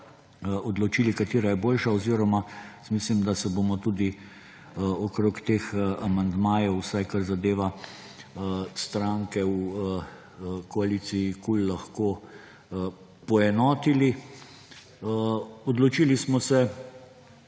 odločili, katera je boljša oziroma mislim, da se bomo tudi okrog teh amandmajev, vsaj kar zadeva stranke v koaliciji KUL, lahko poenotili. Odločili smo se,